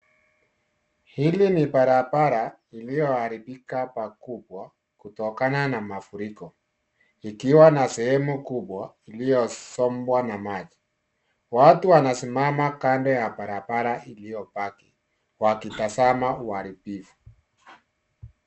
Hili ni barabara iliyoharibika pakubwa kutokana na mafuriko. Ikiwa na sehemu kubwa, iliyosombwa na maji. Watu wanasimama kando ya barabara iliyobaki, wakitazama uharibifu.